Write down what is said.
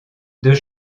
deux